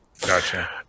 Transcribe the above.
Gotcha